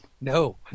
No